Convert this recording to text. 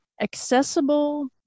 accessible